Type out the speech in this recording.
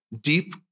deep